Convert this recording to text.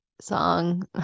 song